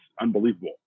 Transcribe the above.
unbelievable